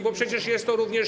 Bo przecież jest to również.